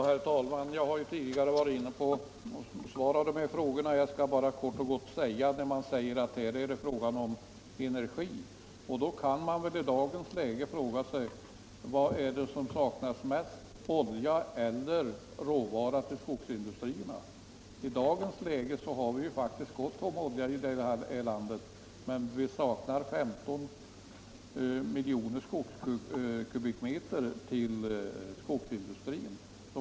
Herr talman! Jag har tidigare försökt besvara dessa frågor. När det nu sägs att det gäller energi kan man fråga sig vad det är som saknas mest, olja eller råvara till skogsindustrierna. I dagens läge har vi faktiskt gott om olja i landet men vi saknar 15 milj. m” skog till skogsindustrin.